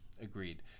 agreed